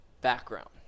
background